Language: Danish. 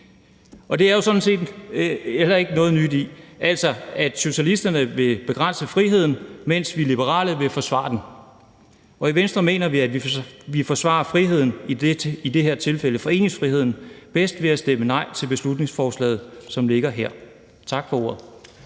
Det er der sådan set heller ikke noget nyt i, altså at socialisterne vil begrænse friheden, mens vi liberale vil forsvare den. I Venstre mener vi, at vi forsvarer friheden, i det her tilfælde foreningsfriheden, bedst ved at stemme nej til beslutningsforslaget, som det ligger her. Tak for ordet.